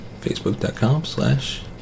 Facebook.com/slash